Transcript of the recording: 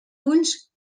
ulls